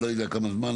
לא יודע כמה זמן,